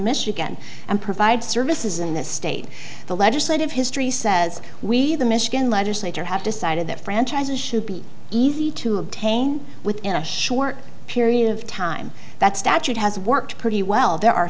michigan and provide services in this state the legislative history says we the michigan legislature have decided that franchises should be easy to obtain within a short period of time that statute has worked pretty well there are